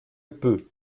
peu